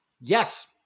Yes